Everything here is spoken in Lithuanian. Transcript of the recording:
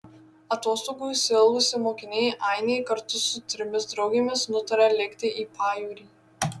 atostogų išsiilgusi mokinė ainė kartu su trimis draugėmis nutaria lėkti į pajūrį